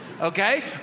Okay